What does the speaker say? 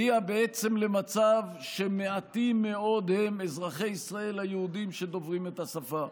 והגיע בעצם למצב שמעטים מאוד הם אזרחי ישראל היהודים שדוברים את השפה.